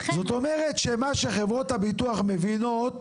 זאת אומרת שמה שחברות הביטוח מבינות